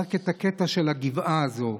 הוא רק הקטע של הגבעה הזאת.